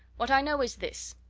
what i know is this.